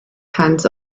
hands